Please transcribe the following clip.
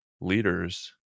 leaders